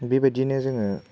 बेबायदिनो जोङो